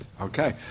okay